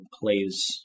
plays